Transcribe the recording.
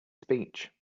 speech